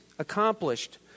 accomplished